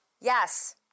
Yes